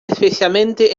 especialmente